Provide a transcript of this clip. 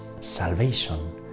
salvation